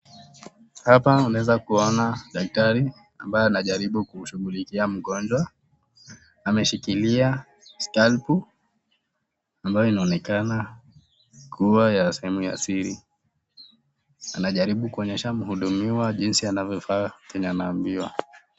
Hapa unaweza kuona daktari ambaye anajaribu kumshughulikia mgonjwa. Ameshikilia stalpu ambayo inaonekana kuwa ya sehemu ya siri. Anajaribu kuonyesha mhudumiwa jinsi anavyofaa kenye anaambiwa.